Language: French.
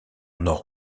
nord